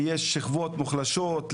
ויש שכבות מוחלשות,